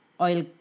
oil